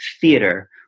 theater